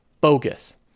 bogus